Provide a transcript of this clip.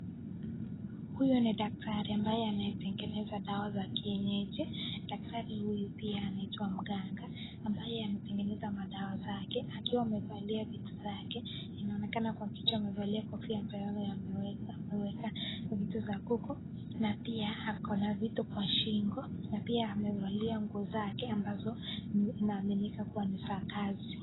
Huyu ni daktari ambaye anayengeneza dawa za kienyeji ,daktari huyu pia anaitwa mganga ,ambaye ametengeneza madawa zake, akiwa amevalia vitu zake ,inaonekana Kwa kichwa amevalia kofia ambayo ameweka viti za kuku, na pia ako na vitu Kwa shingo, na pia amevalia nguo zake, ambazo zinaaminika kuwa ni za kazi.